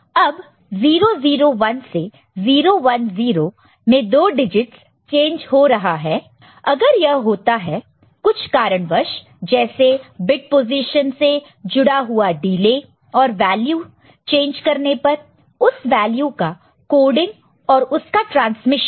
अब 001 से 010 में दो डिजिटस चेंज हो रहा है अगर यह होता है कुछ कारणवश जैसे बिट पोजीशन से जुड़ा हुआ डिले और वैल्यू चेंज करने पर उस वैल्यू का कोडिंग और उसका ट्रांसमिशन